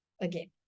again